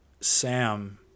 Sam